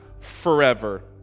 Forever